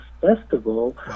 Festival